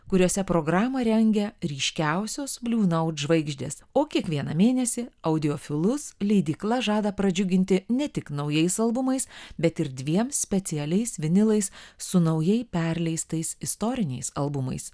kuriose programą rengia ryškiausios bliu naut žvaigždės o kiekvieną mėnesį audiofilus leidykla žada pradžiuginti ne tik naujais albumais bet ir dviem specialiais vinilais su naujai perleistais istoriniais albumais